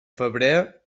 febrer